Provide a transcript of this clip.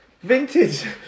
vintage